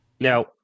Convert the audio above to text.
Now